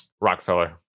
Rockefeller